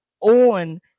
on